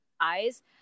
eyes